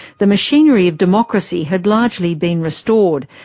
the machinery of democracy had largely been restored,